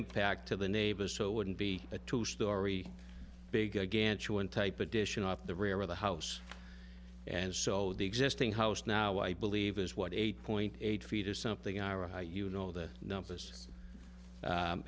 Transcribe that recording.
impact to the neighbors so it wouldn't be a two story big ganju and type addition off the rear of the house and so the existing house now i believe is what eight point eight feet or something ira you know the numbers